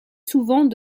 souvent